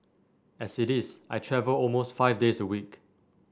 as it is I travel almost five days a week